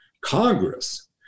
Congress